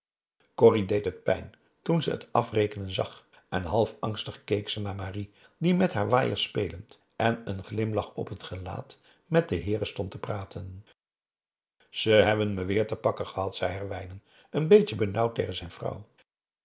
het pijn toen ze het afrekenen zag en half angstig keek ze naar marie die met haar waaier spelend en een glimlach op het gelaat met de heeren stond te praten p a daum hoe hij raad van indië werd onder ps maurits ze hebben me weêr te pakken gehad zei herwijnen een beetje benauwd tegen zijn vrouw